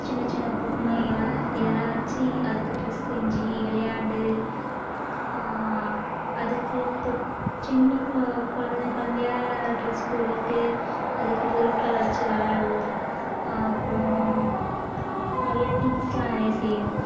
சின்ன சின்ன பொம்மைகள் இதெல்லாம் வச்சு அதுக்கு டிரெஸ் செஞ்சு விளையாண்டு அதுக்கு பொட் சின்ன கொ கொழந்தை கொழந்தையாக டிரெஸ் போடவிட்டு அதுக்கு பொருட்கள் வச்சு விளாடுவோம் அப்புறோம் நிறைய திங்ஸெலாம் நிறைய செய்வோம்